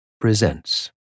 presents